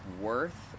worth